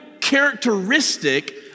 characteristic